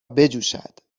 بجوشد